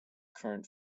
current